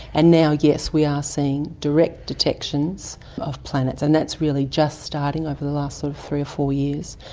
and now, yes, we are seeing direct detections of planets. and that's really just starting over the last sort of three or four years.